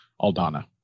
Aldana